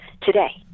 today